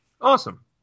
awesome